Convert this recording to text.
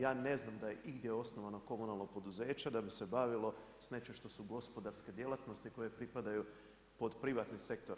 Ja ne znam, da je igdje osnovano komunalno poduzeće da bi se bavilo s nečim što su gospodarske djelatnosti koje pripadaju pod privatni sektor.